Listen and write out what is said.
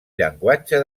llenguatge